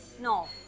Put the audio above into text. no